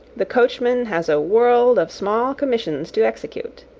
the coachman has a world of small commissions to execute.